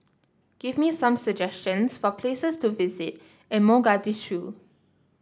give me some suggestions for places to visit in Mogadishu